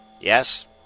Yes